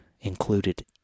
included